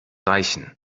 reichen